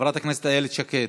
חברת הכנסת איילת שקד,